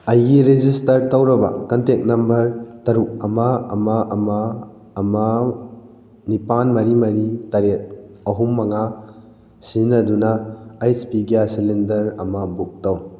ꯑꯩꯒꯤ ꯔꯦꯖꯤꯁꯇꯠ ꯇꯧꯔꯕ contact number ꯇꯔꯨꯛ ꯑꯃ ꯑꯃ ꯑꯃ ꯑꯃ ꯅꯤꯄꯥꯜ ꯃꯔꯤ ꯃꯔꯤ ꯇꯔꯦꯠ ꯑꯍꯨꯝ ꯃꯉꯥ ꯁꯤꯖꯤꯟꯅꯗꯨꯅ ꯑꯩꯁ ꯄꯤ ꯒ꯭ꯌꯥꯁ ꯁꯤꯂꯤꯟꯗꯔ ꯑꯃ ꯕꯨꯛ ꯇꯧ